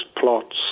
plots